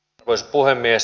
arvoisa puhemies